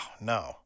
no